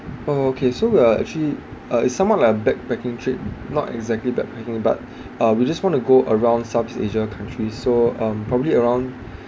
oh okay so we are actually uh it's somewhat like a backpacking trip not exactly backpacking but uh we just want to go around southeast asia country so um probably around